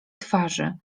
twarzy